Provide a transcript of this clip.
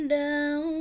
down